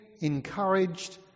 encouraged